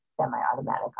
semi-automatic